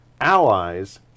allies